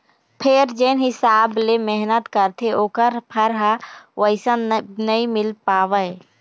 फेर जेन हिसाब ले मेहनत करथे ओखर फर ह वइसन नइ मिल पावय